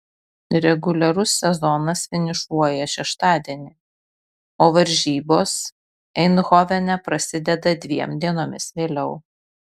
reguliarus sezonas finišuoja šeštadienį o varžybos eindhovene prasideda dviem dienomis vėliau